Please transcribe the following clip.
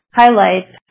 highlights